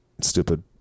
stupid